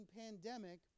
pandemic